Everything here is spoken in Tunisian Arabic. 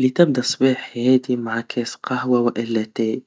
لتبدا صباح هادي مع كاس قهوة وإلا شاي,